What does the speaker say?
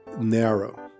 narrow